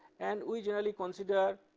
and we generally consider